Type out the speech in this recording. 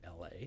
LA